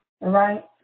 right